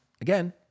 Again